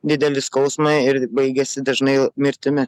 didelį skausmą ir baigiasi dažnai mirtimi